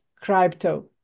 crypto